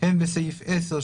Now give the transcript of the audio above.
הן בסעיף 10,